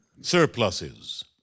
surpluses